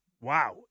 wow